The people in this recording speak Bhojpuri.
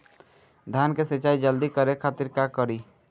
धान के सिंचाई जल्दी करे खातिर का करी?